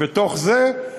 ובתוך זה,